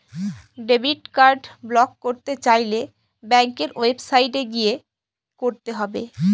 debit card block করতে চাইলে ব্যাঙ্কের ওয়েবসাইটে গিয়ে করতে হবে